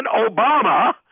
Obama